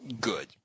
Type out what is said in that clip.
good